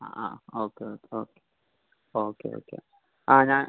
ആ ആ okay okay okay okay okay ആ ഞാൻ